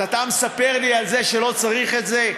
אז אתה מספר לי שלא צריך את זה?